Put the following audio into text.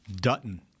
Dutton